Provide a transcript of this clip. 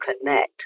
connect